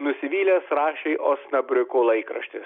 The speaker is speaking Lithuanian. nusivylęs rašė osnabriuko laikraštis